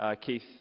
keith